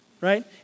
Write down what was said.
right